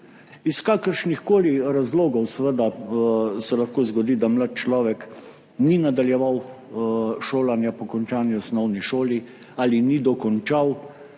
Iz kakršnihkoli razlogov seveda se lahko zgodi, da mlad človek ni nadaljeval šolanja po končani osnovni šoli ali ni dokončal